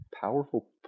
powerful